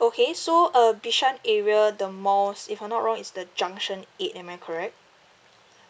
okay so uh bishan area the malls if I'm not wrong is the junction eight am I correct